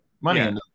money